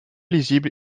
lisible